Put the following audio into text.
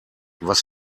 was